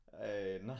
Hey